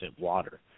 water